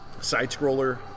Side-scroller